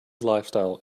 lifestyle